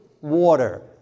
water